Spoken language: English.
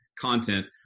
content